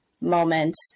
moments